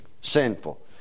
sinful